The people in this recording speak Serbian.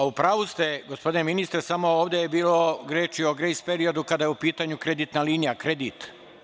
U pravu ste, gospodine ministre, samo ovde je bilo reči o grejs-periodu, kada je u pitanju kreditna linija, kredit.